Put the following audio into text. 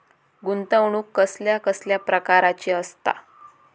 गुंतवणूक कसल्या कसल्या प्रकाराची असता?